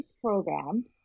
programmed